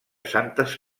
santes